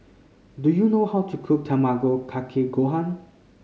do you know how to cook Tamago Kake Gohan